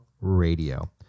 Radio